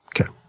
Okay